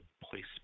placement